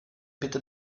bitte